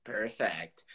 Perfect